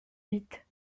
vite